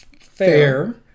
Fair